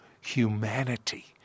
humanity